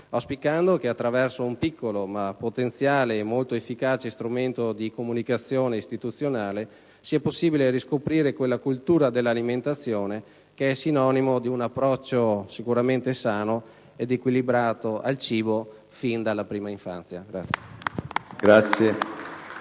auspicando che attraverso un piccolo, ma potenziale e molto efficace strumento di comunicazione istituzionale sia possibile riscoprire quella cultura dell'alimentazione che è sinonimo di un approccio sicuramente sano ed equilibrato al cibo fin dalla prima infanzia.